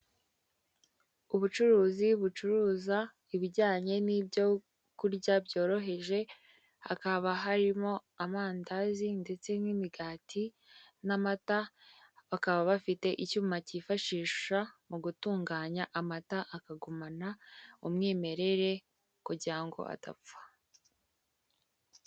Ubucuruzi bucuruza ibijyanye n'ibyo kurya byoroheje, hakaba harimo amandazi ndetse n'imigati n'amata, bakaba bafite icyuma cyifashisha mu gutunganya amata akagumana umwimerere kugira ngo adapfa.